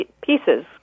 pieces